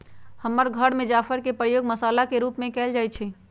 हमर घर में जाफर के प्रयोग मसल्ला के रूप में कएल जाइ छइ